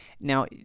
Now